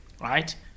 right